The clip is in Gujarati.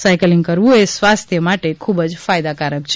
સાયક્લિંગ કરવું એ સ્વાસ્થ્ય માટે ખૂબ જ ફાયદાકારક છે